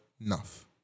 enough